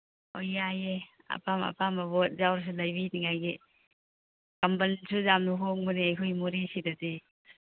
ꯍꯣꯏ ꯌꯥꯏꯌꯦ ꯑꯄꯥꯝ ꯑꯄꯥꯝꯕ ꯄꯣꯠ ꯌꯥꯎꯔꯁꯨ ꯂꯩꯕꯤꯅꯤꯉꯥꯏꯒꯤ ꯀꯝꯕꯜꯁꯨ ꯌꯥꯝꯅ ꯍꯣꯡꯕꯅꯦ ꯑꯩꯈꯣꯏ ꯃꯣꯔꯦꯁꯤꯗꯗꯤ